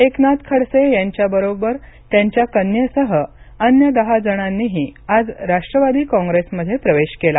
एकनाथ खडसे यांच्याबरोबर त्यांच्या कन्येसह अन्य दहा जणांनीही आज राष्ट्रवादी काँग्रेसमध्ये प्रवेश केला